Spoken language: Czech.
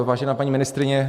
Vážená paní ministryně.